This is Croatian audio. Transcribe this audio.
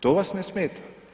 To vas ne smeta?